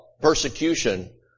persecution